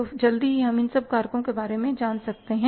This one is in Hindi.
तो जल्दी से हम सिर्फ इन कारकों के बारे में जान सकते हैं